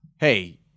hey